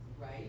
right